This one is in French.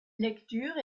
lecture